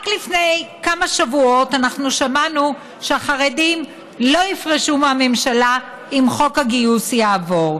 רק לפני כמה שבועות שמענו שהחרדים לא יפרשו מהממשלה אם חוק הגיוס יעבור.